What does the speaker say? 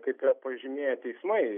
kai yra pažymėję teismai